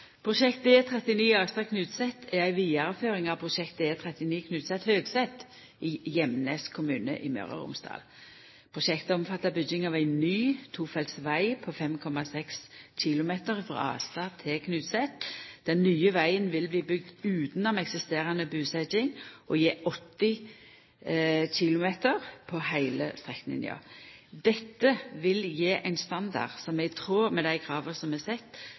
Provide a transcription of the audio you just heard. Prosjektet E39 Astad–Knutset er ei vidareføring av prosjektet E39 Knutset–Høgset i Gjemnes kommune i Møre og Romsdal. Prosjektet omfattar bygging av ein ny tofelts veg på 5,6 km frå Astad til Knutset. Den nye vegen vil bli bygd utanom eksisterande busetjing og med 80 km på heile strekninga. Dette vil gje ein standard som er i tråd med dei krava som er